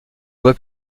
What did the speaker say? voie